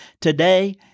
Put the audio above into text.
today